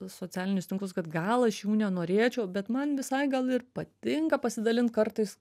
socialinius tinklus kad gal aš jų nenorėčiau bet man visai gal ir patinka pasidalint kartais